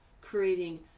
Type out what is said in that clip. creating